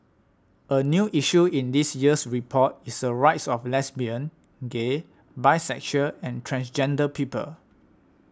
a new issue in this year's report is the rights of lesbian gay bisexual and transgender people